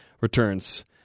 returns